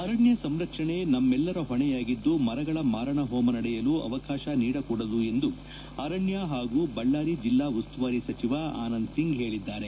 ಅರಣ್ಯ ಸಂರಕ್ಷಣೆ ನಮ್ಮೆಲ್ಲರ ಹೊಣೆಯಾಗಿದ್ದು ಮರಗಳ ಮಾರಣ ಹೋಮ ನಡೆಯಲು ಅವಕಾಶ ನೀಡಕೂಡದು ಎಂದು ಅರಣ್ಯ ಹಾಗೂ ಬಳ್ಳಾರಿ ಜಿಲ್ಲಾ ಉಸ್ತುವಾರಿ ಸಚಿವ ಆನಂದ್ ಸಿಂಗ್ ಹೇಳಿದ್ದಾರೆ